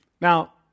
Now